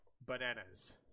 bananas